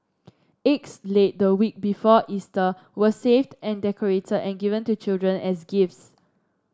eggs laid the week before Easter were saved and decorated and given to children as gifts